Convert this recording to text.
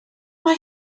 mae